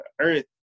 earth